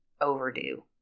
overdue